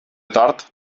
tort